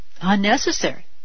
unnecessary